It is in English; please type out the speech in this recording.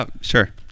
Sure